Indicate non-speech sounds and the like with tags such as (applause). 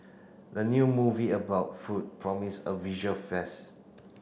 the new movie about food promise a visual (unintelligible)